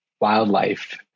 wildlife